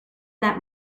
that